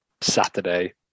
Saturday